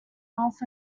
north